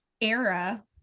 era